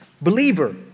believer